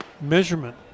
measurement